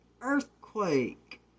earthquake